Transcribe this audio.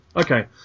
Okay